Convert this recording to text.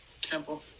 simple